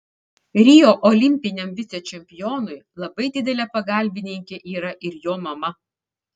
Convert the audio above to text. rio olimpiniam vicečempionui labai didelė pagalbininkė yra ir jo mama